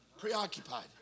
Preoccupied